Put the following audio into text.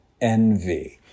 envy